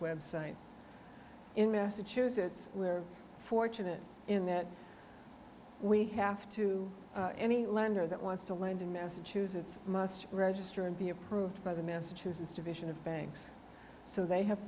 website in massachusetts we're fortunate in that we have to any lender that wants to land in massachusetts must register and be approved by the massachusetts division of banks so they have